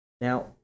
Now